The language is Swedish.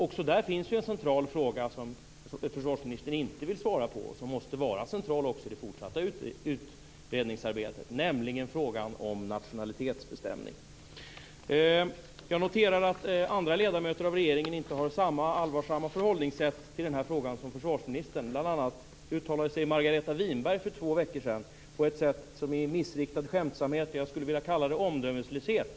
Också där finns en central fråga som försvarsministern inte vill svara på och som måste vara central också i det fortsatta utredningsarbetet, nämligen frågan om nationalitetsbestämning. Jag noterar att andra ledamöter av regeringen inte har samma allvarsamma förhållningssätt till den här frågan som försvarsministern. Bl.a. uttalade sig Margareta Winberg för två veckor sedan på ett sätt som är missriktad skämtsamhet. Jag skulle vilja kalla det omdömeslöshet.